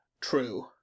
true